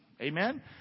Amen